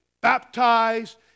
baptized